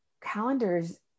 calendars